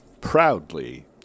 proudly